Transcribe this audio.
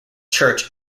church